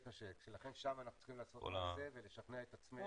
לכן שם אנחנו צריכים לנסות לשכנע את --- לא,